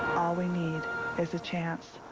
all we need is a chance.